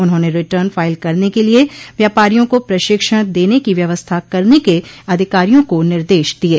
उन्होंने return file करने के लिये व्यापारियों को प्रशिक्षण देने की व्यवस्था करने के अधिकारियों को निर्देश दिये